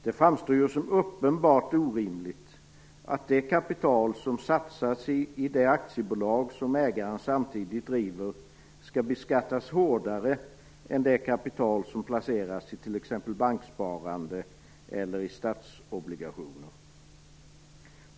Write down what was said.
Det framstår som uppenbart orimligt att det kapital som satsas i det aktiebolag som ägaren samtidigt driver skall beskattas hårdare än det kapital som placeras i t.ex. banksparande eller i statsobligationer.